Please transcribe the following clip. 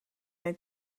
had